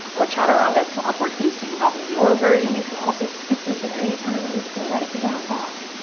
or chaturanga to upward facing dog, your version. you can also skip this at any time, and just go right to down dog.